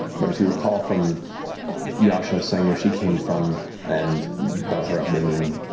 but if you recall from yasha saying where she came from and about her upbringing,